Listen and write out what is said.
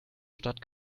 stadt